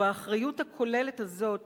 ובאחריות הכוללת הזאת